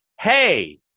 Hey